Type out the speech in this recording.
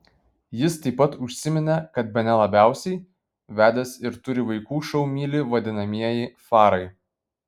jis taip pat užsiminė kad bene labiausiai vedęs ir turi vaikų šou myli vadinamieji farai